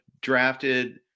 drafted